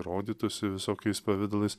rodytųsi visokiais pavidalais